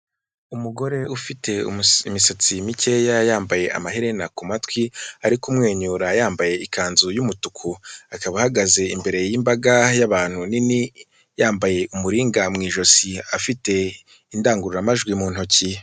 Umugore ufite imisatsi mikeya yambaye amaherena ku matwi ari kumwenyura yambaye ikanzu umutuku, akaba ahagaze imbere y'imbaga y'abantu nini yambaye umuringa mu ijosi afite indangururamajwi mu ntoki.